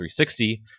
360